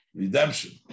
redemption